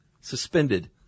Suspended